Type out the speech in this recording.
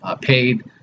paid